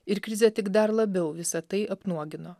ir krizė tik dar labiau visa tai apnuogino